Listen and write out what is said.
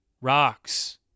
rocks